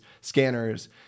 scanners